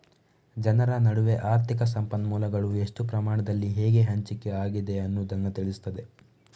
ಜನರ ನಡುವೆ ಆರ್ಥಿಕ ಸಂಪನ್ಮೂಲಗಳು ಎಷ್ಟು ಪ್ರಮಾಣದಲ್ಲಿ ಹೇಗೆ ಹಂಚಿಕೆ ಆಗಿದೆ ಅನ್ನುದನ್ನ ತಿಳಿಸ್ತದೆ